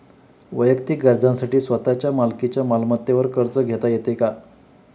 वैयक्तिक गरजांसाठी स्वतःच्या मालकीच्या मालमत्तेवर कर्ज घेता येतो का?